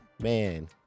man